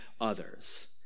others